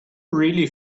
really